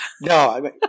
No